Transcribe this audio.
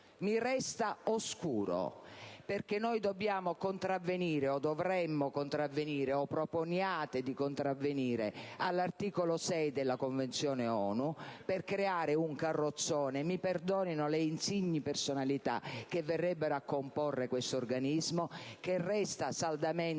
Mi resta oscuro perchè noi dobbiamo o dovremmo contravvenire, o proponiate di contravvenire all'articolo 6 della Convenzione ONU, per creare un carrozzone - mi perdonino le insigni personalità che verrebbero a comporre questo organismo - che resta saldamente